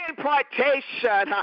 Importation